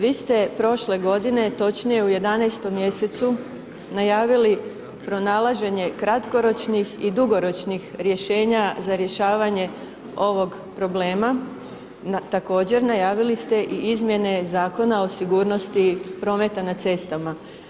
Vi ste prošle godine, točnije u 11. mj. najavili pronalaženje kratkoročnih i dugoročnih rješenja za rješavanje ovog problema, također najavili ste i izmjene Zakona o sigurnosti prometa na cestama.